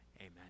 Amen